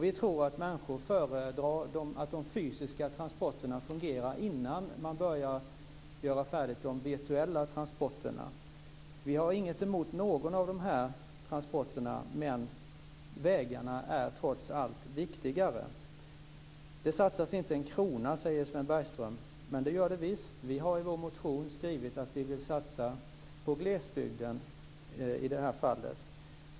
Vi tror att människor föredrar att de fysiska transporterna fungerar innan man börjar göra färdigt de virtuella transporterna. Vi har inget emot någon av dessa transporter, men vägarna är trots allt viktigare. Det satsas inte en krona, säger Sven Bergström. Men det gör det visst. Vi har i vår motion skrivit att vi vill satsa på glesbygden i det här fallet.